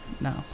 No